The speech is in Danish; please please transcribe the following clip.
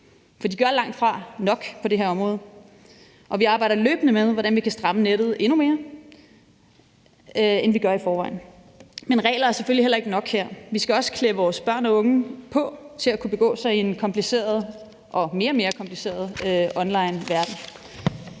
for de gør langtfra nok på det her område, og vi arbejder løbende med, hvordan vi kan stramme nettet endnu mere, end vi gør i forvejen. Men regler er selvfølgelig heller ikke nok her. Vi skal også klæde vores børn og unge på til at kunne begå sig i en kompliceret, og mere og mere kompliceret, online verden.